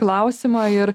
klausimo ir